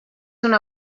una